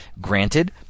granted